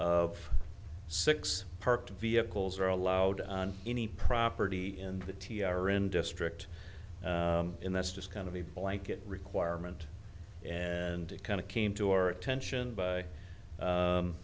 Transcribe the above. of six parked vehicles are allowed on any property in the t r n district in that's just kind of a blanket requirement and it kind of came to our attention by